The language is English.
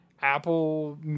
Apple